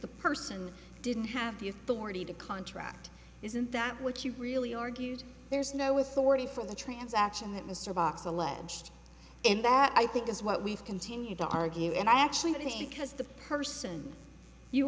the person didn't have the authority to contract isn't that what you really argued there's no with forty for the transaction that mr box alleged and that i think is what we've continued to argue and i actually think because the person you